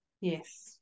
Yes